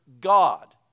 God